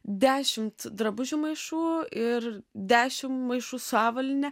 dešimt drabužių maišų ir dešim maišų su avalyne